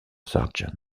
sargent